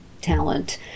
talent